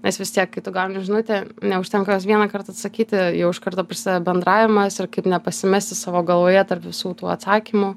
nes vis tiek kai tu gauni žinutę neužtenka jos vieną kartą atsakyti jau iš karto prasideda bendravimas ir kaip nepasimesti savo galvoje tarp visų tų atsakymų